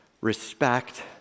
respect